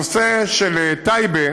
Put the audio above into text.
הנושא של טייבה